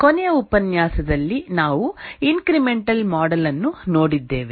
ಕೊನೆಯ ಉಪನ್ಯಾಸದಲ್ಲಿ ನಾವು ಇಂಕ್ರಿಮೆಂಟಲ್ ಮಾಡೆಲ್ ಅನ್ನು ನೋಡಿದ್ದೇವೆ